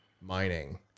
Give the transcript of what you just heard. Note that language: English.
mining